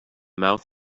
mouth